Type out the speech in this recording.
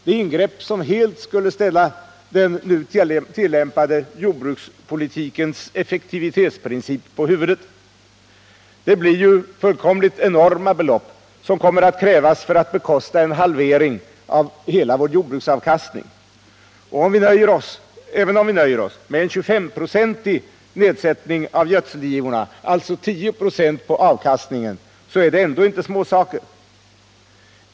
Det är ingrepp som helt skulle ställa den nu tillämpade jordbrukspolitikens effektivitetsprincip på huvudet. Det är fullkomligt enorma belopp som skulle krävas för att bekosta bortfallet av hälften av vårt jordbruks avkastning. Även om vi nöjer oss med en 25-procentig minskning av gödselgivorna — alltså ett avkastningsbortfall på 10 96 — blir det ändå inte fråga om småsaker.